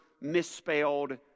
misspelled